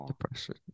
Depression